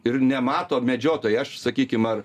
ir nemato medžiotojai aš sakykim ar